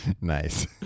Nice